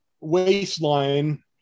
waistline